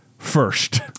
First